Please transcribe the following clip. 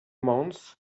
mans